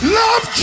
love